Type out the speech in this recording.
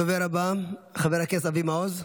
הדובר הבא, חבר הכנסת אבי מעוז,